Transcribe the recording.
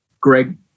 Greg